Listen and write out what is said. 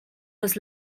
was